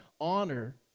honor